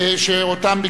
מס' 5489 ו-5490,